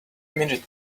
minute